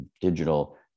digital